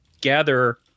gather